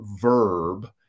verb